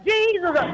Jesus